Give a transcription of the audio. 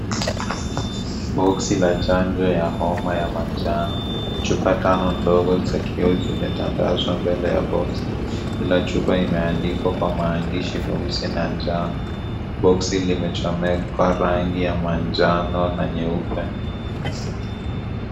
Boksi la chanjo ya homa ya manjano, chupa tano ndogo zikiwa zimetandazwa mbele ya boksi, kila chupa imeandikwa kwa maandishi meusi na njano, boksi limechomeka rangi ya manjano na nyeupe.